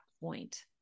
point